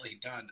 done